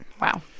Wow